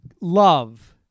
love